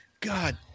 God